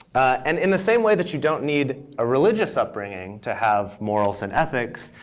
and in the same way that you don't need a religious upbringing to have morals and ethics,